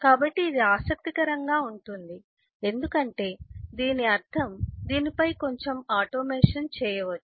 కాబట్టి ఇది ఆసక్తికరంగా ఉంటుంది ఎందుకంటే దీని అర్థం దీనిపై కొంచెం ఆటోమేషన్ చేయవచ్చు